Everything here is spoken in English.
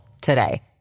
today